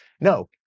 No